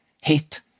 hit